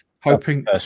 hoping